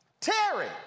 Terry